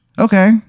okay